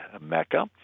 Mecca